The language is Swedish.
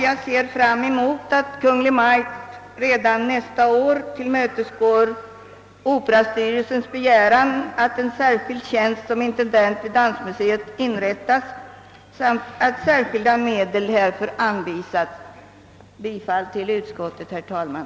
Jag ser fram emot att Kungl. Maj:t redan nästa år tillmötesgår operastyrelsens begäran, att en särskild tjänst som intendent vid Dansmuseet inrättas samt att särskilda medel härför anvisas. Herr talman! Jag yrkar bifall till utskottets hemställan.